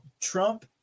Trump